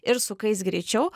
ir sukais greičiau